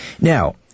Now